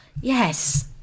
Yes